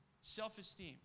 self-esteem